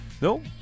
No